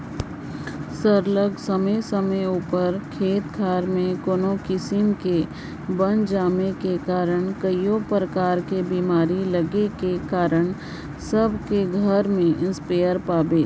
सरलग समे समे उपर खेत खाएर में कोनो किसिम कर बन जामे कर कारन कइयो परकार कर बेमारी लगे कर कारन सब कर घरे इस्पेयर पाबे